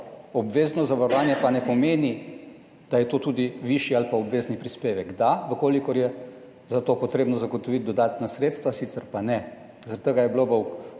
Obvezno zavarovanje pa ne pomeni, da je to tudi višji ali pa obvezni prispevek, da, v kolikor je za to potrebno zagotoviti dodatna sredstva, sicer pa ne. Zaradi tega je bilo